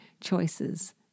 choices